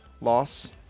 loss